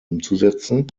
umzusetzen